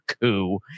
coup